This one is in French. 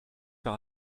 par